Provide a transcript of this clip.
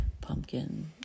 pumpkin